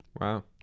Wow